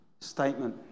statement